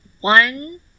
one